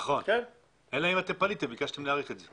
נכון, אלא אם פניתם וביקשתם להאריך את זה.